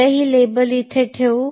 आता ही लेबल इथे ठेवू